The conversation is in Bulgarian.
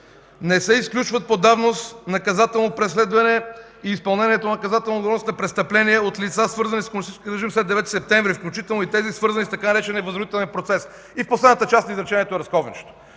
„Не се изключват по давност наказателно преследване и изпълнение на наказателна отговорност за престъпления от лица, свързани с комунистическия режим след 9 септември, включително и тези, свързани с така наречения „възродителен процес”! Последната част на изречението е разковничето.